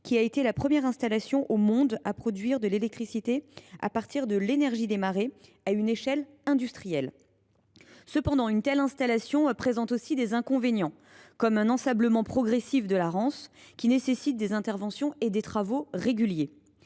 de la Rance, première installation au monde à produire de l’électricité à partir de l’énergie des marées à une échelle industrielle. Cependant, une telle installation présente aussi des inconvénients, par exemple l’ensablement progressif de la Rance, qui nécessite des interventions et des travaux réguliers.